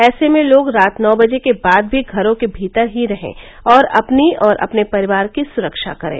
ऐसे में लोग रात नौ बजे के बाद भी घरों के भीतर ही रहें और अपनी और अपने परिवार की सुरक्षा करें